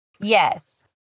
Yes